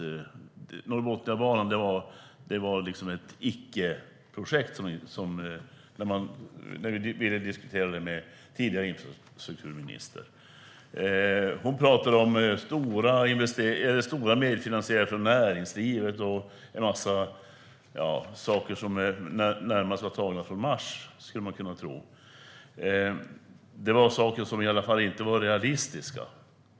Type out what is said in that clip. Norrbotniabanan var ett icke-projekt när man ville diskutera det med förra infrastrukturministern. Hon talade om stora medfinansieringar från näringslivet och en massa saker som man närmast skulle kunna tro var tagna från Mars. Det var i alla fall saker som inte var realistiska.